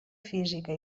física